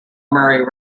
murray